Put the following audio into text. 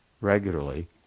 regularly